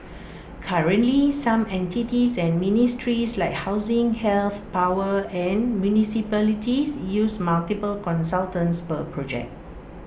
currently some entities and ministries like housing health power and municipalities use multiple consultants per project